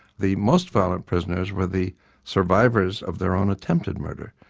the most violent prisoners were the survivors of their own attempted murder,